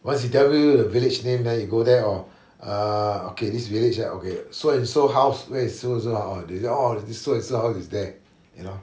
once he tell you the village name then you go there orh err okay this village ah okay so and so house where is so and so's house the~ orh so and so's house is there you know